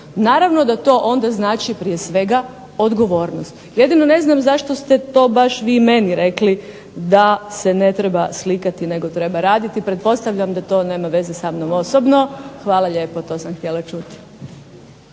Naravno da to onda znači prije svega odgovornost. Jedino ne znam zašto ste to baš vi meni rekli da se ne treba slikati, nego treba raditi. Pretpostavljam da to nema veze sa mnom osobno. Hvala lijepo. To sam htjela čuti.